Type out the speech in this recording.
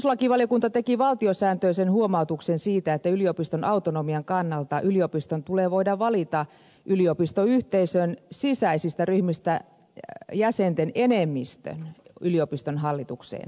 perustuslakivaliokunta teki valtiosääntöisen huomautuksen siitä että yliopiston autonomian kannalta yliopiston tulee voida valita yliopistoyhteisön sisäisistä ryhmistä jäsenten enemmistö yliopiston hallitukseen